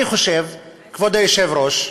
אני חושב, כבוד היושב-ראש,